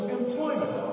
employment